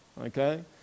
okay